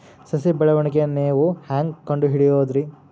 ಸಸಿ ಬೆಳವಣಿಗೆ ನೇವು ಹ್ಯಾಂಗ ಕಂಡುಹಿಡಿಯೋದರಿ?